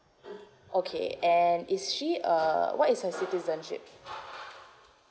okay and is she uh what is her citizenship